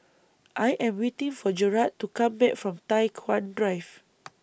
I Am waiting For Jarrad to Come Back from Tai Hwan Drive